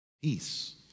Peace